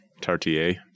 Tartier